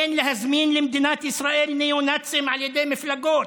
אין להזמין למדינת ישראל ניאו-נאצים על ידי מפלגות,